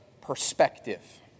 perspective